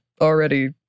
already